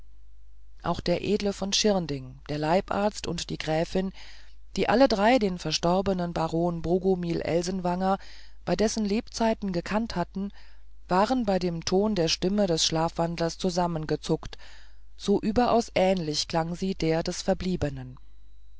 auch der edle von schirnding der leibarzt und die gräfin die alle drei den verstorbenen baron bogumil elsenwanger bei dessen lebzeiten gekannt hatten waren bei dem ton der stimme des schlafwandlers zusammengezuckt so überaus ähnlich klang sie der des verbliebenen